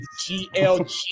GLG